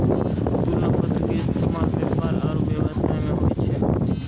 तुलना पत्र के इस्तेमाल व्यापार आरु व्यवसाय मे होय छै